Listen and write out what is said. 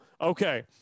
okay